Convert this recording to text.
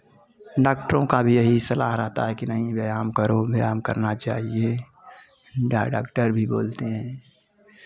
डॉक्टरों का भी यही सलाह रहता है कि नहीं व्यायाम करो व्यायाम करना चाहिए डॉक्टर भी बोलते हैं